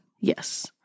Yes